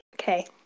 Okay